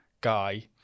guy